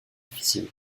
difficile